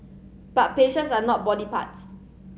but patients are not body parts